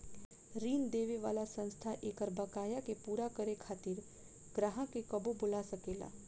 ऋण देवे वाला संस्था एकर बकाया के पूरा करे खातिर ग्राहक के कबो बोला सकेला